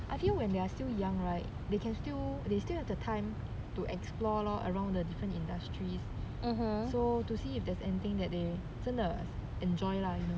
I feel when they are still young right they can still they still have the time to explore around the different industries so to see if there's anything that they 真的 enjoy lah you know